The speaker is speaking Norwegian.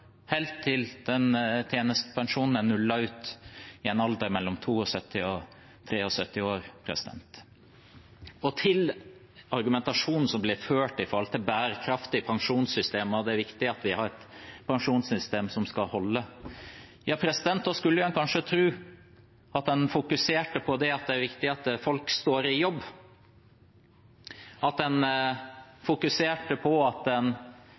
helt til tjenestepensjonen er nullet ut når en er mellom 72 og 73 år. Til argumentasjonen som blir ført med tanke på bærekraftige pensjonssystemer, og at det er viktig at vi har pensjonssystemer som skal holde: Ja, da skulle en kanskje tro at en fokuserte på at det er viktig at folk står i jobb, at en fokuserte på at færre skal gå av med pensjon tidlig. Men isteden argumenterer en